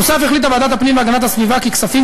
נוסף על כך החליטה ועדת הפנים והגנת הסביבה כי כספים